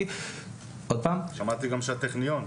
שמעתי שגם הטכניון.